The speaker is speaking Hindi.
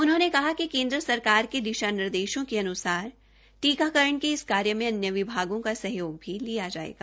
उन्होंने कहा कि केन्द्र सरकर के दिशा निर्देशों के अनुसार टीकारण के इस कार्य में अन्य विभागो का सहयोग भी दिया जायेगा